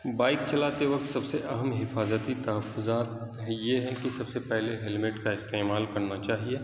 bike چلاتے وقت سب سے اہم حفاظتی تحفظات ہیں یہ ہیں کہ سب سے پہلے ہیلمیٹ کا استعمال کرنا چاہیے